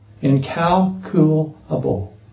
Incalculable